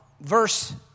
verse